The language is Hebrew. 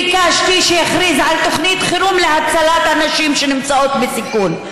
ביקשתי שיכריז על תוכנית חירום להצלת הנשים שנמצאות בסיכון.